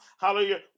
Hallelujah